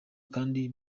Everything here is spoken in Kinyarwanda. kandi